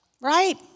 Right